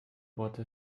worte